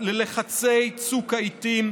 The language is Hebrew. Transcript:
בוועדה בנחת רוח וללא לחצי צוק העיתים,